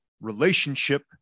relationship